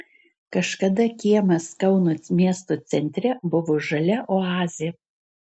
kažkada kiemas kauno miesto centre buvo žalia oazė